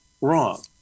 wrong